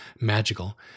magical